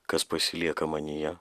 kas pasilieka manyje